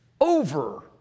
over